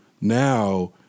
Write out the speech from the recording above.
now